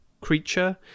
creature